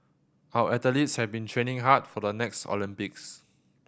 our athletes have been training hard for the next Olympics